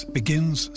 begins